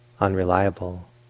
unreliable